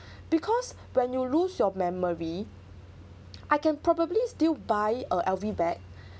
because when you lose your memory I can probably still buy a L_V bag